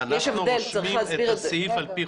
יש הבדל, צריך להסביר את זה.